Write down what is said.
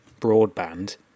broadband